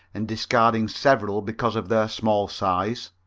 and discarding several because of their small size.